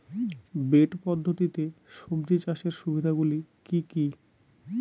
Bed পদ্ধতিতে সবজি চাষের সুবিধাগুলি কি কি?